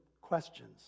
questions